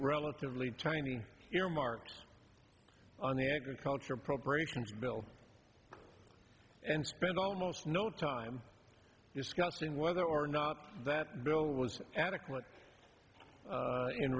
relatively tiny earmarks on the agriculture appropriations bill and spent almost no time discussing whether or not that bill was adequate